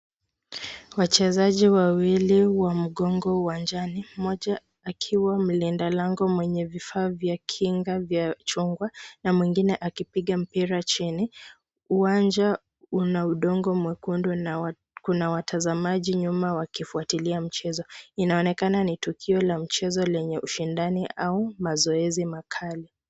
Wachezaji wawili wa mngongo wa uwajani, moja akiwa mlinda lango mwenye vifaa vya kinga vya jungwa na mwingine akipiga mpira chini. Uwanja una udongo mwekundu na kuna watazamaji nyuma wakifwatilia mchezo. Inaonekana ni tukio la mchezo lenye ushindani au mazoezi kali.